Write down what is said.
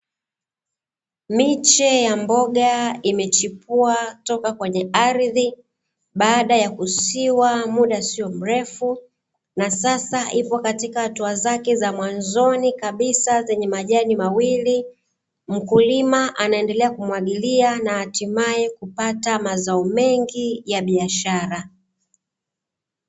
Miche ya mboga imechipua toka kwenye ardhi, baada ya kusiwa muda si mrefu na sasa ipo katika hatua zake za mwanzoni kabisa, zenye majani mawili. Mkulima anaendelea kumwagilia na hatimaye kupata mazao mengi ya biashara.